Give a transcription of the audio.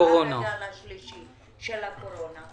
הגל השלישי של הקורונה.